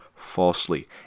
falsely